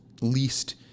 least